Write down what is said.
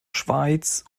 schweiz